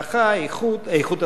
איכות הסביבה,